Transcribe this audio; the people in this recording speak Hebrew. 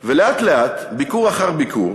ולאט-לאט, ביקור אחר ביקור,